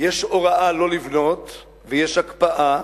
יש הוראה לא לבנות ויש הקפאה,